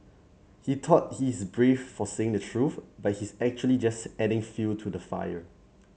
he thought he's brave for saying the truth but he's actually just adding fuel to the fire